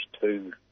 two